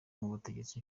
ubutegetsi